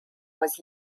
was